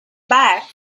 back